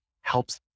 helps